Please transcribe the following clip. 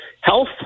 health